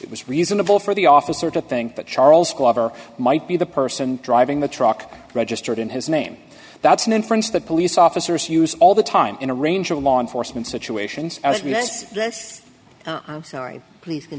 it was reasonable for the officer to think that charles glover might be the person driving the truck registered in his name that's an inference that police officers use all the time in a range of law enforcement situations